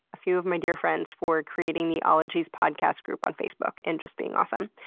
a few of my dear friends, for creating the ologies podcast group on facebook. and just being awesome.